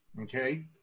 okay